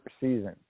season